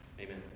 Amen